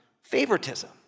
favoritism